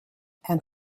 and